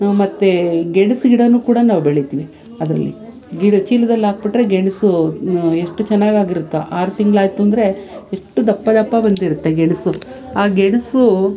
ಮತ್ತೇ ಗೆಣಸು ಗಿಡವೂ ಕೂಡ ನಾವು ಬೆಳಿತೀವಿ ಅದರಲ್ಲಿ ಗಿಡ ಚೀಲ್ದಲ್ಲಿ ಹಾಕ್ಬಿಟ್ರೆ ಗೆಣಸು ಎಷ್ಟು ಚೆನ್ನಾಗಾಗಿರುತ್ತೋ ಆರು ತಿಂಗಳಾಯ್ತು ಅಂದರೆ ಎಷ್ಟು ದಪ್ಪ ದಪ್ಪ ಬಂದಿರುತ್ತೆ ಗೆಣಸು ಆ ಗೆಣಸೂ